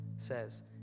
says